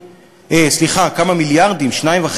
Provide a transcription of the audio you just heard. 2.5,